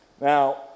Now